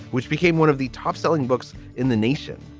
which became one of the top selling books in the nation.